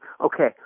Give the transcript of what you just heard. Okay